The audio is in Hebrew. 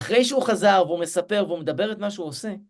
אחרי שהוא חזר והוא מספר והוא מדבר את מה שהוא עושה...